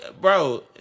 Bro